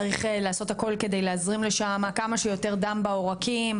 צריך לעשות הכל כדי להזרים לשם כמה שיותר דם בעורקים,